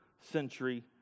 century